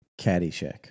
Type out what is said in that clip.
Caddyshack